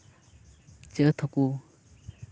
ᱡᱟᱹᱛ ᱦᱚᱠᱚ